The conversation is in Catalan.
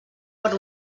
per